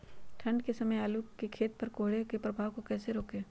ठंढ के समय आलू के खेत पर कोहरे के प्रभाव को कैसे रोके?